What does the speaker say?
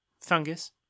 fungus